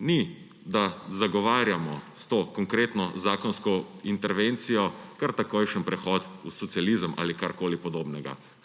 Ni, da zagovarjamo s to konkretno zakonsko intervencijo kar takojšen prehod v socializem ali karkoli podobnega,